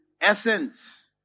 essence